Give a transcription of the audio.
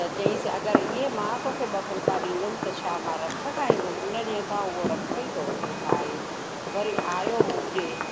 त चईंसि अगरि इहे मां तोखे ॿ फुलिका ॾींदमि त छा मां रख खाईंदुमि हुन ॾींहं खां उहो रख ई त वेठो खाए वरी आयो मूं ॾिए